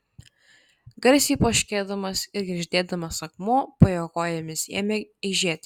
garsiai poškėdamas ir girgždėdamas akmuo po jo kojomis ėmė eižėti